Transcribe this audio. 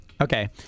Okay